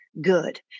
good